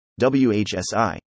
WHSI